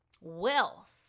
wealth